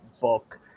book